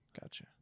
Gotcha